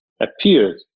appeared